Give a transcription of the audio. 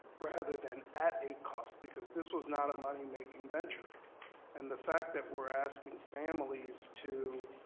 rather than at a cost because this was not a money making venture and the fact that we're asking families to,